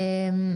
כן,